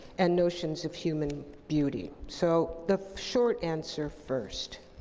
and notions of human beauty. so, the short answer first.